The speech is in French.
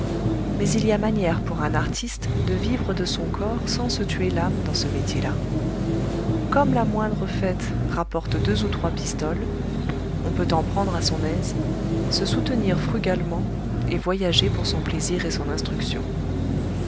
mais il y a manière pour un artiste de vivre de son corps sans se tuer l'âme dans ce métier-là comme la moindre fête rapporte deux ou trois pistoles on peut en prendre à son aise se soutenir frugalement et voyager pour son plaisir et son instruction